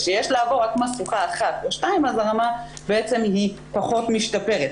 כשיש לעבור רק משוכה אחת או שתיים אז הרמה בעצם היא פחות משתפרת.